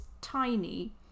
tiny